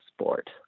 sport